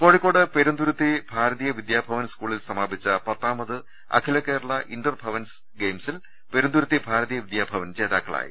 കോഴിക്കോട് പെരുന്തുരുത്തി ഭാരതീയ വിദ്യാഭവൻ സ്കൂളിൽ സമാപിച്ച പത്താമത് അഖില കേരള ഇന്റർ ഭവൻസ് ഗെയിംസിൽ പെരുന്തുരുത്തി ഭാരതീയ വിദ്യാഭവൻ ജേതാക്കളായി